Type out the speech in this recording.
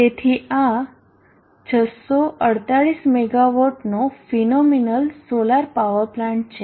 તેથી આ 648 મેગાવોટનો ફિનોમીનલ સોલાર પાવર પ્લાન્ટ છે